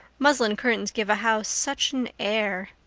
muslin curtains give a house such an air.